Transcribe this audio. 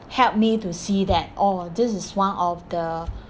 help me to see that orh this is one of the